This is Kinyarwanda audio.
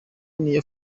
niyo